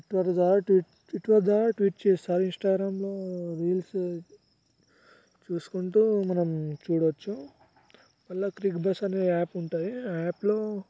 Twitter ద్వారా Twitter ద్వారా tweet చేస్తరు ఇన్స్టాగ్రామ్లో రీల్స్ చూసుకుంటూ మనం చూడవచ్చు మళ్ళీ క్రిక్బజ్ అనే యాప్ ఉంటుంది ఆ యాప్లో